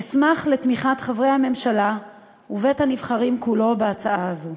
אשמח על תמיכת חברי הממשלה ובית-הנבחרים כולו בהצעה זו.